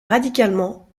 radicalement